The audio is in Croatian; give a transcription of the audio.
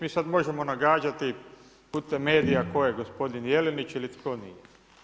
Mi sada možemo nagađati putem medija tko je gospodin Jelinić ili tko nije.